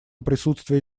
присутствие